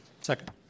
Second